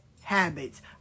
habits